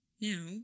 Now